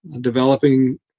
developing